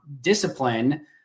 discipline